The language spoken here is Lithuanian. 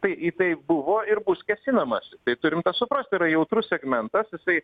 tai į tai buvo ir bus kėsinamasi tai turim tą suprast yra jautrus segmentas jisai